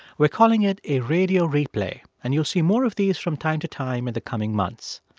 we're calling it a radio replay, and you'll see more of these from time to time in the coming months.